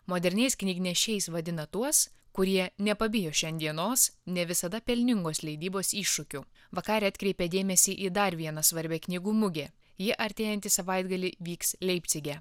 moderniais knygnešiais vadina tuos kurie nepabijo šiandienos ne visada pelningos leidybos iššūkių vakarė atkreipia dėmesį į dar vieną svarbią knygų mugę ji artėjantį savaitgalį vyks leipcige